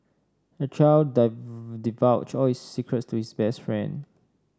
the child divulged all his secrets to his best friend